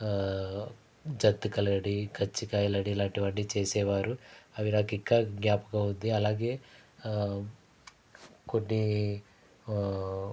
జంతికలని కజ్జికాయలని ఇలాంటివన్నీ చేసేవారు అవి నాకింకా జ్ఞాపకం ఉంది అలాగే కొన్ని